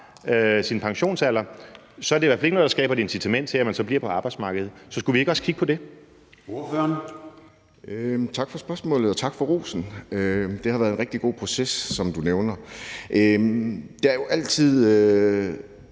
sin pensionsalder, så er det i hvert fald ikke noget, der skaber et incitament til, at man bliver på arbejdsmarkedet. Så skulle vi ikke også kigge på det? Kl. 16:27 Formanden (Søren Gade): Ordføreren. Kl. 16:27 Thomas Monberg (S): Tak for spørgsmålet, og tak for rosen. Det har været en rigtig god proces, som du nævner. Der er jo altid